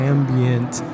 Ambient